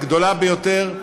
הגדולה ביותר,